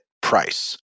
price